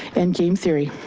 and game theory.